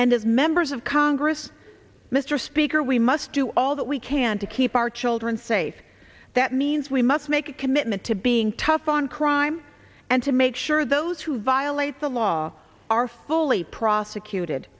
and of members of congress mr speaker we must do all that we can to keep our children safe that means we must make a commitment to being tough on crime and to make sure those who violate the law are fully prosecuted